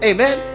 Amen